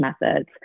methods